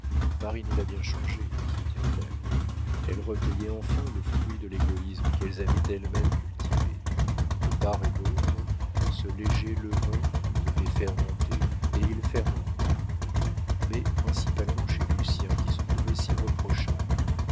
paris nous l'a bien changé se dirent-elles elles recueillaient enfin le fruit de l'égoïsme qu'elles avaient elles-mêmes cultivé de part et d'autre ce léger levain devait fermenter et il fermenta mais principalement chez lucien qui se trouvait si reprochable